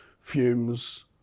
fumes